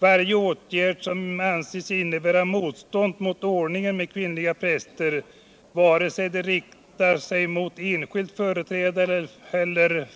Varje åtgärd som anses innebära motstånd mot ordningen med kvinnliga präster — antingen den riktar sig mot enskild företrädare eller